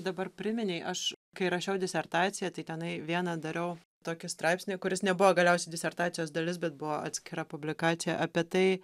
dabar priminei aš kai rašiau disertaciją tai tenai vieną dariau tokį straipsnį kuris nebuvo galiausiai disertacijos dalis bet buvo atskira publikacija apie tai